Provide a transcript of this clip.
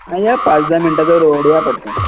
हं या पाच दहा मिनिटाचा रोड आहे या पटकन